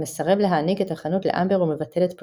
מסרב להעניק את החנות לאמבר ומבטל את פרישתו.